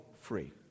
free